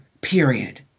period